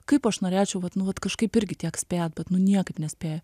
kaip aš norėčiau vat nu vat kažkaip irgi tiek spėt bet nu niekaip nespėju